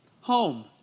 Home